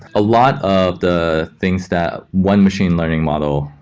a lot of the things that one machine learning model,